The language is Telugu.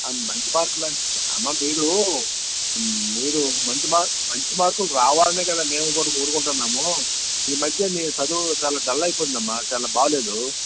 ఆ మంచి మార్కులంటే అమ్మా మీరు మీరు మంచి మార్కులు మంచి మార్కులు రావాలనే కదా మేము కూడా కోరుకుంటున్నాము ఈ మధ్య నీ చదువు చాలా డల్ అయిపోయిందమ్మా చాలా బాలేదు